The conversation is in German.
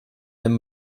wenn